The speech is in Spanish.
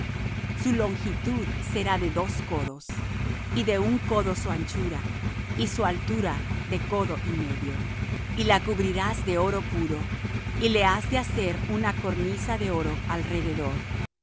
su longitud será de dos codos y de uu codo su anchura y su altura de codo y medio y la cubrirás de oro puro y le has de hacer una cornisa de oro alrededor